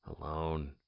alone